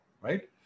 Right